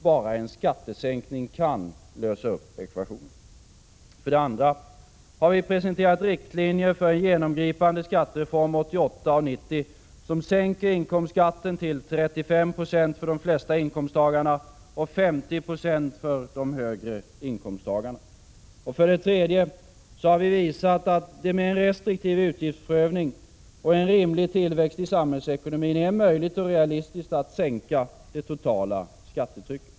Bara en skattesänkning kan lösa upp ekvationen. För det andra har vi presenterat riktlinjer för en genomgripande skattereform 1989 och 1990 som sänker inkomstskatterna till 35 20 för de flesta inkomsttagarna och 50 96 för de högre inkomsttagarna. För det tredje har vi visat, att det med en restriktiv utgiftsprövning och en rimlig tillväxt i samhällsekonomin är möjligt och realistiskt att sänka det totala skattetrycket.